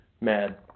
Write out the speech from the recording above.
mad